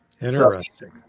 interesting